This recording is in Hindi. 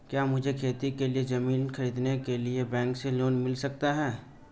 क्या मुझे खेती के लिए ज़मीन खरीदने के लिए बैंक से लोन मिल सकता है?